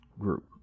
group